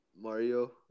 Mario